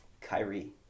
Kyrie